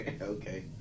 Okay